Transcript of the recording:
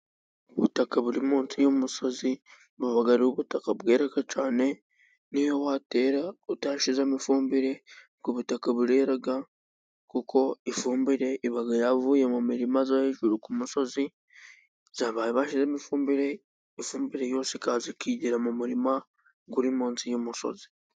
Ubutaka buri munsi y'umusozi buba ari ubutaka bwera cyane, n'iyo watera utashyizemo ifumbire ubwo butaka burera, kuko ifumbire iba yavuye mu mirima yo hejuru ku musozi bari bashyizemo ifumbire. Ifumbire yose ikaza ikigira mu murima uri mu nsi y'umusozi.